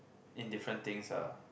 in different things ah